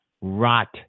rot